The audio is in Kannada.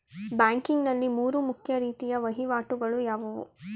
ಬ್ಯಾಂಕಿಂಗ್ ನಲ್ಲಿ ಮೂರು ಮುಖ್ಯ ರೀತಿಯ ವಹಿವಾಟುಗಳು ಯಾವುವು?